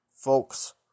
folks